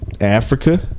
Africa